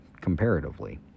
comparatively